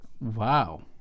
Wow